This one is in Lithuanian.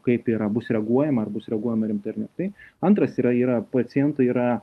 kaip yra bus reaguojama ar bus reaguojama rimtai ar ne tai antras yra yra pacientai yra